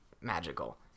magical